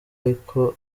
ariko